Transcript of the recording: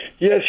Yes